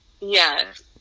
Yes